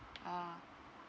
ah